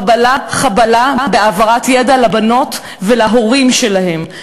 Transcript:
חבלה, חבלה בהעברת ידע לבנות ולהורים שלהן.